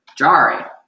Jari